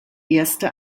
erste